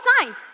signs